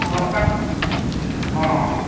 ᱦᱮᱸ ᱚᱠᱟ ᱠᱟᱱᱟ ᱦᱮᱸ